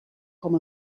com